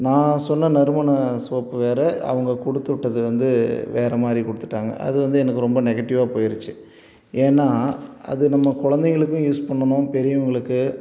நான் சொன்ன நறுமண சோப்பு வேற அவங்க கொடுத்து விட்டது வந்து வேற மாதிரி கொடுத்துட்டாங்க அது வந்து எனக்கு ரொம்ப நெகட்டிவாக போயிடுச்சு ஏன்னா அது நம்ம குழந்தைங்களுக்கும் யூஸ் பண்ணணும் பெரியவங்களுக்கு